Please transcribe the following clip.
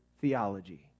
theology